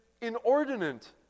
inordinate